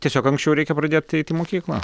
tiesiog anksčiau reikia pradėt eit į mokyklą